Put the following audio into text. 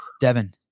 Devin